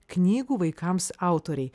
knygų vaikams autoriai